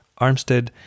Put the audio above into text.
Armstead